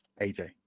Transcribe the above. AJ